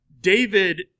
David